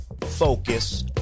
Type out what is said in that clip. Focus